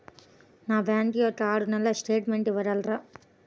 నా బ్యాంకు ఖాతా యొక్క ఆరు నెలల స్టేట్మెంట్ ఇవ్వగలరా?